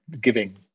giving